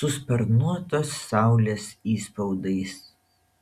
su sparnuotos saulės įspaudais